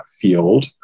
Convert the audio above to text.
field